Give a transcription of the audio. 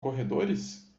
corredores